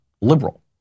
liberal